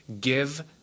give